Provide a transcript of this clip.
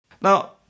Now